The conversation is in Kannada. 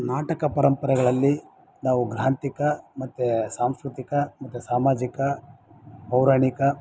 ನಾಟಕ ಪರಂಪರೆಗಳಲ್ಲಿ ನಾವು ಗ್ರಾಂಥಿಕ ಮತ್ತು ಸಾಂಸ್ಕೃತಿಕ ಮತ್ತು ಸಾಮಾಜಿಕ ಪೌರಾಣಿಕ